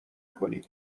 کنی